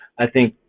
i think,